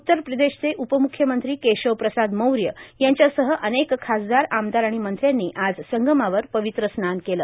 उत्तर प्रदेशचे उप मुख्यमंत्री केशव प्रसाद मौर्य यांच्यासह अनेक खासदार आमदार आणि मंत्र्यांनी आज संगमावर पवित्र स्नान केलं